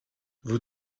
vous